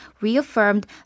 reaffirmed